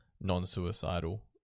non-suicidal